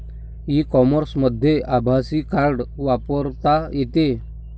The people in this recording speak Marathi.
ई कॉमर्समध्ये आभासी कार्ड वापरता येते